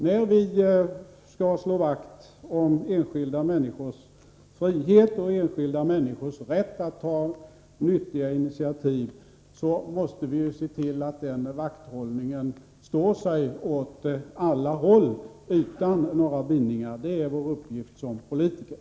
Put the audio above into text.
När vi skall slå vakt om enskilda människors frihet och enskilda människors rätt att ta nyttiga initiativ, måste vi se till att den vakthållningen står sig åt alla håll utan några bindningar. Det är vår uppgift som politiker.